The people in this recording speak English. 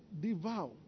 devour